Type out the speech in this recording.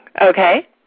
Okay